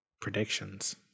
predictions